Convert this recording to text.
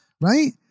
right